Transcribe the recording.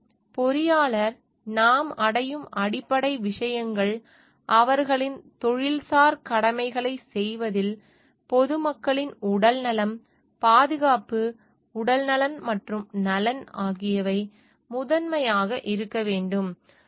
எனவே பொறியாளர் நாம் அடையும் அடிப்படை விஷயங்கள் அவர்களின் தொழில்சார் கடமைகளைச் செய்வதில் பொதுமக்களின் உடல்நலம் பாதுகாப்பு உடல்நலம் மற்றும் நலன் ஆகியவை முதன்மையாக இருக்க வேண்டும்